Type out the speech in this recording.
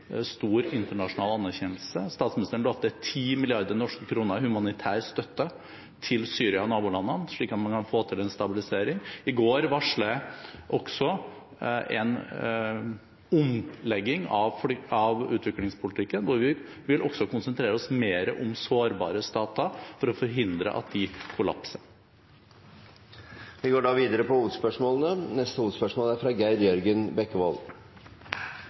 stor internasjonal anerkjennelse. Statsministeren lovet 10 mrd. kr i humanitær støtte til Syria og nabolandene, slik at man kan få til en stabilisering. I går varslet jeg også en omlegging av utviklingspolitikken, hvor vi vil konsentrere oss mer om sårbare stater for å forhindre at de kollapser. Vi går videre til neste hovedspørsmål.